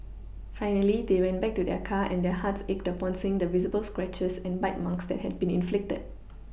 finally they went back to their car and their hearts ached upon seeing the visible scratches and bite marks that had been inflicted